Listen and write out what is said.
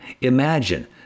Imagine